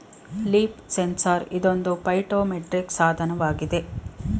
leaf sensor ಇದೊಂದು phytometric ಸಾಧನವಾಗಿದೆ